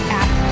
app